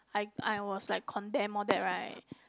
I I was like condemned all that right